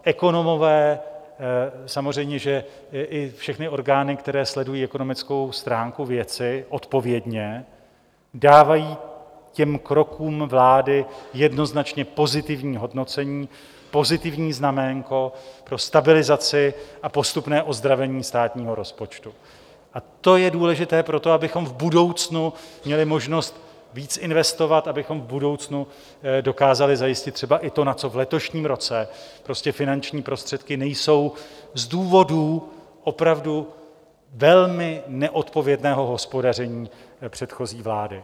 Ekonomové a samozřejmě i všechny orgány, které sledují ekonomickou stránku věci odpovědně, dávají krokům vlády jednoznačně pozitivní hodnocení, pozitivní znaménko pro stabilizaci a postupné ozdravení státního rozpočtu a to je důležité pro to, abychom v budoucnu měli možnost více investovat, abychom v budoucnu dokázali zajistit třeba i to, na co v letošním roce prostě finanční prostředky nejsou z důvodů opravdu velmi neodpovědného hospodaření předchozí vlády.